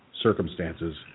circumstances